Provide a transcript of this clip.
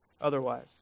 otherwise